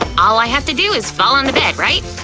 all i have to do is fall on the bed, right?